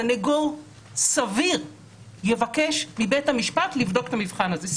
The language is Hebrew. סנגור סביר יבקש מבית המשפט לבדוק את המבחן הזה.